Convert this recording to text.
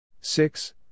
six